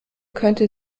könnte